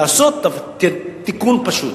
לעשות תיקון פשוט,